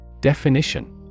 Definition